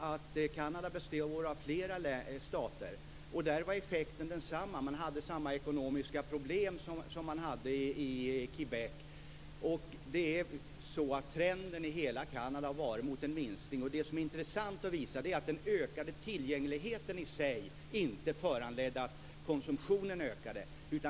Men Kanada består ju av flera stater, och där var effekten densamma. Man hade samma ekonomiska problem som i Québec. Trenden i hela Kanada har gått mot en minskning. Det som är intressant att visa är att den ökade tillgängligheten i sig inte föranledde att konsumtionen ökade.